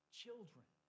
children